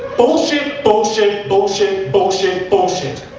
bullshit, bullshit, bullshit, bullshit, bullshit.